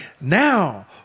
now